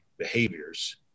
behaviors